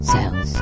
Cells